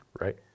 right